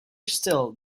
still